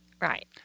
Right